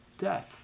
death